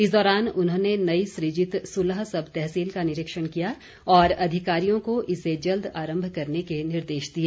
इस दौरान उन्होंने नई सृजित सुलह सब तहसील का निरीक्षण किया और अधिकारियों को इसे जल्द आरम्भ करने के निर्देश दिए